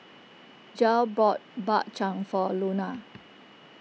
Jair bought Bak Chang for Launa